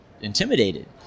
intimidated